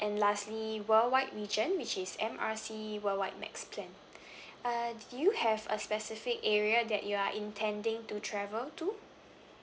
and lastly worldwide region which is M R C worldwide max plan uh do you have a specific area that you are intending to travel to